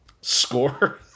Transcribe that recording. score